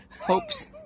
hopes